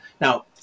Now